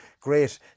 great